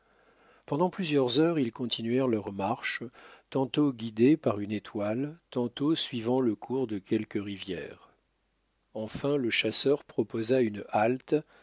pendant plusieurs heures ils continuèrent leur marche tantôt guidés par une étoile tantôt suivant le cours de quelque rivière enfin le chasseur proposa une halte